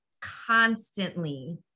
Constantly